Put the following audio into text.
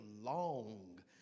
long